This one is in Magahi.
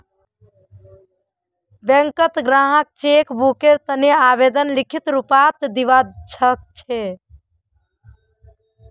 बैंकत ग्राहक चेक बुकेर तने आवेदन लिखित रूपत दिवा सकछे